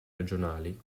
regionali